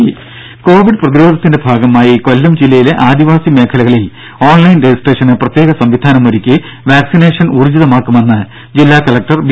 ദേദ കോവിഡ് പ്രതിരോധത്തിന്റെ ഭാഗമായി കൊല്ലം ജില്ലയിലെ ആദിവാസി മേഖലകളിൽ ഓൺലൈൻ രജിസ്ട്രേഷന് പ്രത്യേക സംവിധാനമൊരുക്കി വാക്സിനേഷൻ ഊർജിതമാക്കുമെന്ന് ജില്ലാ കലക്ടർ ബി